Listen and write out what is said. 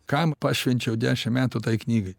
kam pašvenčiau dešimt metų tai knygai